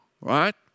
right